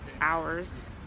hours